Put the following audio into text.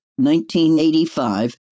1985